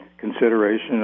consideration